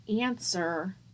answer